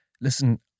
listen